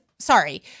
Sorry